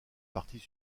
parties